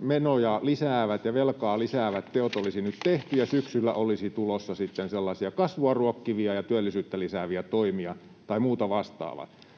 menoja lisäävät ja velkaa lisäävät teot olisi nyt tehty ja syksyllä olisi tulossa kasvua ruokkivia ja työllisyyttä lisääviä toimia tai muuta vastaavaa?